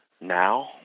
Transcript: now